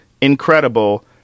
incredible